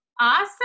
Awesome